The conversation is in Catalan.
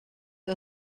que